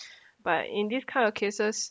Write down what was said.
but in this kind of cases